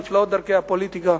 נפלאות דרכי הפוליטיקה.